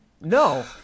No